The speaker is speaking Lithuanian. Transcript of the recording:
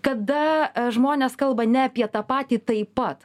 kada žmonės kalba ne apie tą patį taip pat